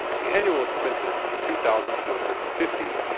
the annual expenses were two thousand two hundred and fifty